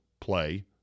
play